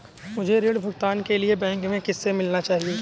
मुझे ऋण भुगतान के लिए बैंक में किससे मिलना चाहिए?